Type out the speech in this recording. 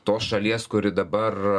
tos šalies kuri dabar